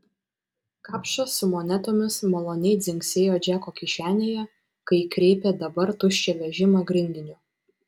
kapšas su monetomis maloniai dzingsėjo džeko kišenėje kai kreipė dabar tuščią vežimą grindiniu